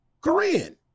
Korean